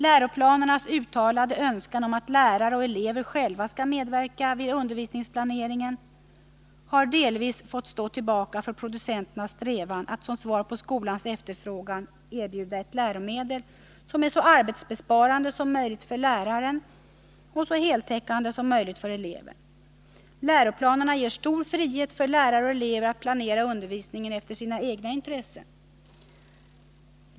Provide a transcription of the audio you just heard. Läroplanernas uttalade önskan om att lärare och elever själva skall medverka vid undervisningsplaneringen har delvis fått stå tillbaka för producenternas strävan att som svar på skolans efterfrågan erbjuda ett läromedel som är så arbetsbesparande som möjligt för läraren och så heltäckande som möjligt för eleven. Läroplanerna ger en stor frihet för lärare och elever att planera undervisningen efter bl.a. Nr 117 sina egna intressen.